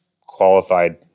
qualified